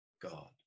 God